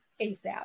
ASAP